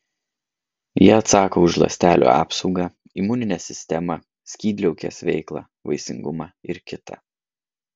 jie atsako už ląstelių apsaugą imuninę sistemą skydliaukės veiklą vaisingumą ir kita